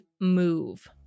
move